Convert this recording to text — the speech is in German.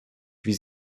wie